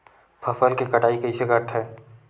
फसल के कटाई कइसे करथे?